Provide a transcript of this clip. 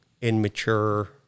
immature